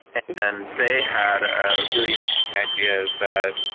and and they had a really interesting idea that